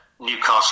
Newcastle